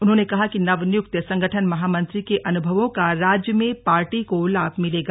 उन्होंने कहा कि नव नियुक्त संगठन महामंत्री के अनुभवों का राज्य में पार्टी को लाभ मिलेगा